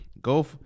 Go